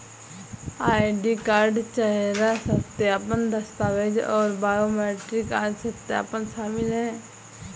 ID card, चेहरा सत्यापन, दस्तावेज़ और बायोमेट्रिक आदि सत्यापन शामिल हैं